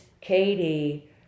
Katie